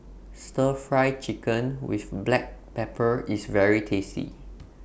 Stir Fry Chicken with Black Pepper IS very tasty